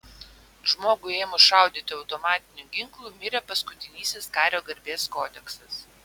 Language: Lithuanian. žmogui ėmus šaudyti automatiniu ginklu mirė paskutinysis kario garbės kodeksas